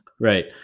Right